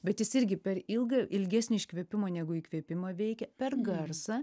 bet jis irgi per ilgą ilgesnį iškvėpimą negu įkvėpimą veikia per garsą